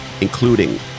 including